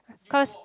cause